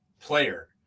player